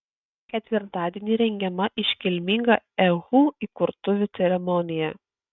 ketvirtadienį rengiama iškilminga ehu įkurtuvių ceremonija